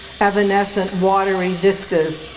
evanescent watery vistas,